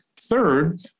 Third